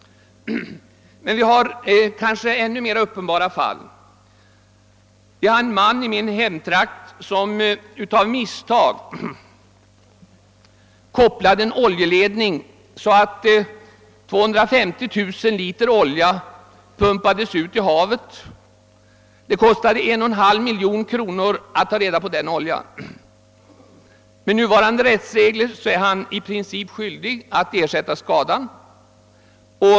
Det finns emellertid ännu mer extrema fall. I min hemtrakt finns en man som av misstag kopplade en oljeledning felaktigt, så att 250 000 liter olja pumpades ut i havet. Det kostade 1,5 miljoner kronor att ta reda på den oljan. Med nuvarande rättsregler är denne man i princip skyldig att ersätta summan.